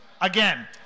Again